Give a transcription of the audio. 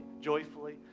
joyfully